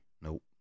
nope